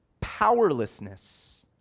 powerlessness